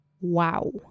Wow